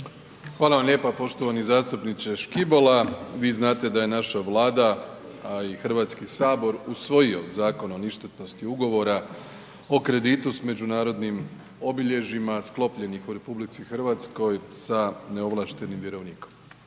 Hvala vam lijepa poštovani zastupniče Škibola, vi znate da je naša Vlada, a i HS usvojio Zakon o ništetnosti ugovora o kreditu s međunarodnim obilježjima sklopljenih u RH sa neovlaštenim vjerovnikom.